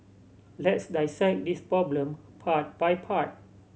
let's dissect this problem part by part